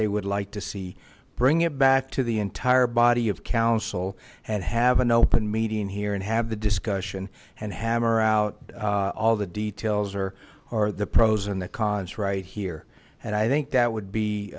they would like to see bring it back to the entire body of council had have an open meeting here and have the discussion and hammer out all the details or the pros and the cons right here and i think that would be